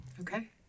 Okay